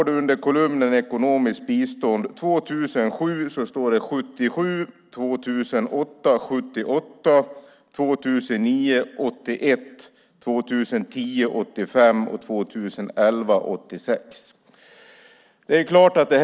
I den raden står det 77 för år 2007, 78 för 2008, 81 för 2009, 85 för 2010 och 86 för 2011.